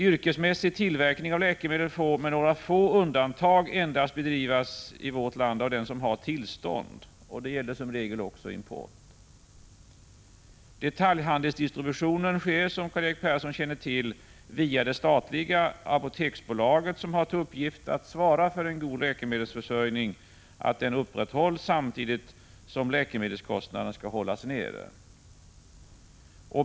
Yrkesmässig tillverkning av läkemedel får i vårt land, med några få undantag, endast bedrivas av den som har tillstånd, och detta gäller som regel också import. Detaljhandelsdistributionen sker, som Karl-Erik Persson känner till, via det statliga Apoteksbolaget, som har till uppgift att svara för att en god läkemedelsförsörjning upprätthålls, samtidigt som läkemedelspriserna hålls nere.